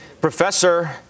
Professor